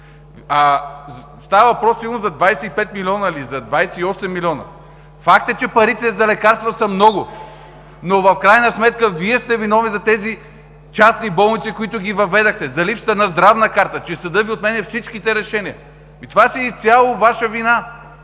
Става въпрос сигурно за 25 – 28 милиона. Факт е, че парите за лекарства са много. Но в крайна сметка Вие сте виновни за тези частни болници, които ги въведохте, за липсата на здравна карта, че съдът отмени всичките Ви решения. Това си е изцяло Ваша вина!